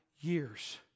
years